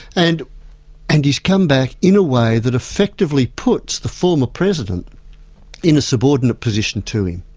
and and he's come back in a way that effectively puts the former president in a subordinate position to him.